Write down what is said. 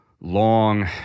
long